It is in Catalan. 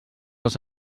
els